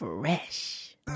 Fresh